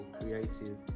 creative